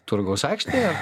turgaus aikštėje